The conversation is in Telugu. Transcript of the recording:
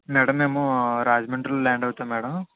మేడం మేము రాజమండ్రిలో ల్యాండ్ అవుతాం మేడం